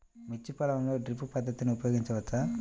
మిర్చి పొలంలో డ్రిప్ పద్ధతిని ఉపయోగించవచ్చా?